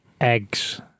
eggs